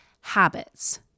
habits